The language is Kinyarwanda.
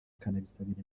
akanabisabira